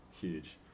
huge